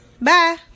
Bye